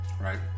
Right